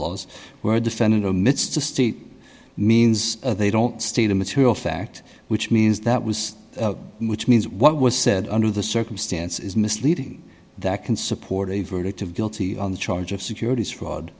laws where defendant omits to state means they don't state a material fact which means that was which means what was said under the circumstances is misleading that can support a verdict of guilty on the charge of securities fraud